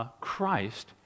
Christ